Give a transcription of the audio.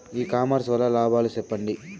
ఇ commerce వల్ల లాభాలు సెప్పండి?